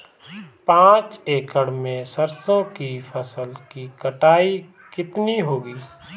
पांच एकड़ में सरसों की फसल की कटाई कितनी होगी?